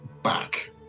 back